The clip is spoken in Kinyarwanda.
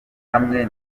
hamwe